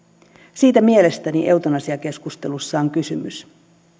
siitä mielestäni eutanasiakeskustelussa on kysymys